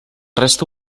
resta